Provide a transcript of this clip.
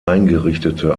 eingerichtete